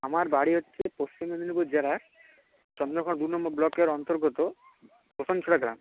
আমার বাড়ি হচ্ছে পশ্চিম মেদিনীপুর জেলায় চন্দ্রগর দু নম্বর ব্লকের অন্তর্গত শিলা গ্রাম